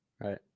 Right